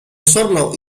osorno